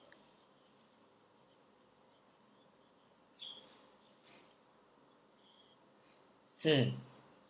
mm